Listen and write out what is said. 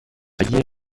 für